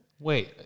Wait